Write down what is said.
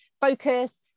focus